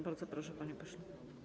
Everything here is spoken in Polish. Bardzo proszę, panie pośle.